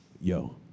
Yo